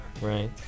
right